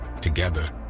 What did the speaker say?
Together